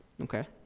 Okay